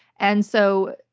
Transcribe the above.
and so,